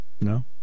No